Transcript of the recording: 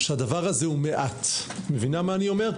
שהדבר הזה הוא מעט את מבינה מה אני אומר?